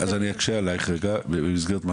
קצבת נכון יש לי כבר קודם כי אני נכה עוד מלפני הסרטן.